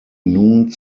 nun